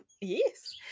yes